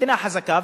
מדינה חזקה,